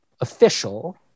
official